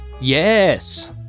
Yes